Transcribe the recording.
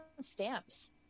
stamps